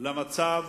מצב